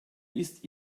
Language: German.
ist